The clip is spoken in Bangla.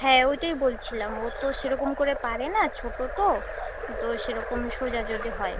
হ্যাঁ ওইটাই বলছিলাম ও তো সেরকম করে পারে না ছোটো তো তো সেরকম সোজা যদি হয়